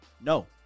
No